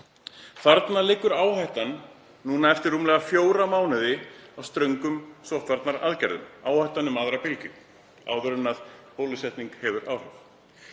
Þarna liggur áhættan núna eftir rúmlega fjóra mánuði af ströngum sóttvarnaaðgerðum, áhættan um aðra bylgju áður en bólusetning hefur áhrif.